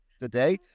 today